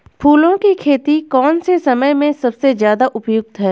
फूलों की खेती कौन से समय में सबसे ज़्यादा उपयुक्त है?